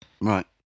Right